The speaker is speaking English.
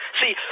See